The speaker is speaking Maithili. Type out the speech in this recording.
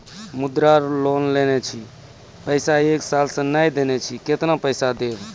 मुद्रा लोन लेने छी पैसा एक साल से ने देने छी केतना पैसा देब?